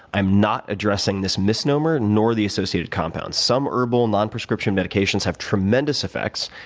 i am not addressing this misnomer, no the associated compounds. some herbal, nonprescription medications have tremendous effects.